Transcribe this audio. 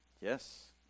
Yes